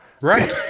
Right